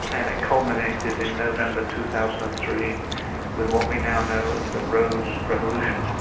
and it culminated in november two thousand and three with what we now know as the rose revolution.